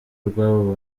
rw’abo